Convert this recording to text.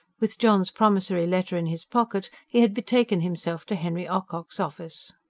with john's promissory letter in his pocket, he had betaken himself to henry ocock's office.